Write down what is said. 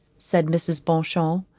said mrs. beauchamp,